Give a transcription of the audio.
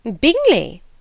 Bingley